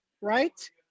right